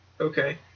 Okay